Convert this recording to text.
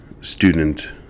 student